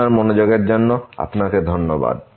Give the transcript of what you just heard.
আপনার মনোযোগের জন্য আপনাকে ধন্যবাদ